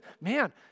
man